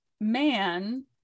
man